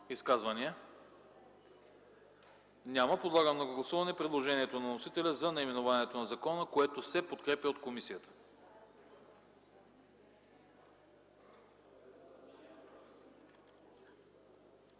Изказвания? Няма. Подлагам на гласуване предложението на вносителя за наименованието на закона, което се подкрепя от комисията.